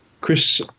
Chris